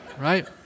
Right